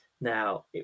Now